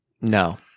no